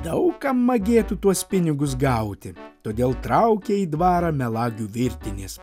daug kam magėtų tuos pinigus gauti todėl traukia į dvarą melagių virtinės